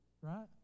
right